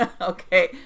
okay